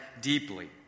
deeply